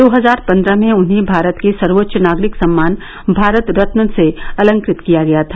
दो हजार पन्द्रह में उन्हें भारत के सर्वोच्च नागरिक सम्मान भारत रत्न से अलंकृत किया गया था